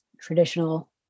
traditional